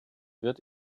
wird